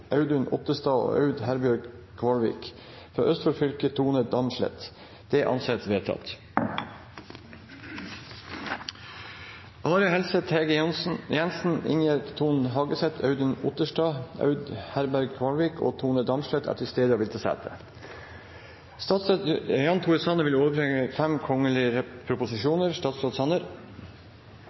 Audun Otterstad og Aud Herbjørg KvalvikFor Østfold fylke: Tone Damsleth Are Helseth, Hege Jensen, Ingjerd Thon Hagaseth, Audun Otterstad, Aud Herbjørg Kvalvik og Tone Damsleth er til stede og vil ta sete.